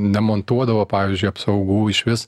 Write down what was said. nemontuodavo pavyzdžiui apsaugų išvis